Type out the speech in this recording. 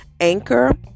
Anchor